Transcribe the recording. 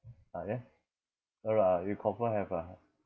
ah there no lah you confirm have ah